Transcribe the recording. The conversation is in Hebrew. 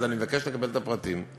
אז אני מבקש לקבל את הפרטים.